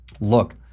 look